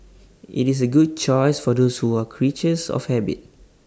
IT is A good choice for those who are creatures of habit